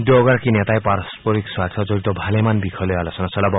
দুয়োগৰাকী নেতাই পাৰস্পৰিক স্বাৰ্থ জৰিত ভালেমান বিষয়লৈ আলোচনা চলাব